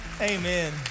Amen